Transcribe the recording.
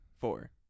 four